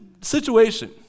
situation